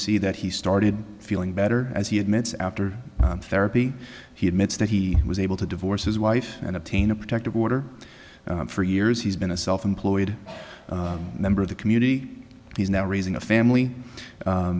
see that he started feeling better as he admits after therapy he admits that he was able to divorce his wife and obtain a protective order for years he's been a self employed member of the community he's now raising a family